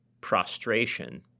prostration